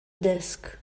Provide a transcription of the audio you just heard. desk